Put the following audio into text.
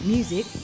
Music